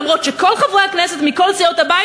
אף שכל חברי הכנסת מכל סיעות הבית